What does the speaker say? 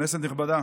כנסת נכבדה,